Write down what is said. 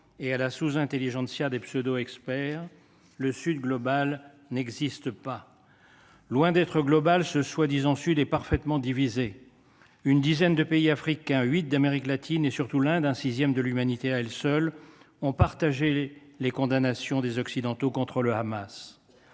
et à la sous intelligentsia des pseudo experts : non, le Sud global n’existe pas. Loin d’être global, ce prétendu Sud est parfaitement divisé. Une dizaine de pays africains, huit pays d’Amérique latine et surtout l’Inde, qui représente un sixième de l’humanité, ont partagé les condamnations des Occidentaux contre le Hamas.